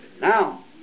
Now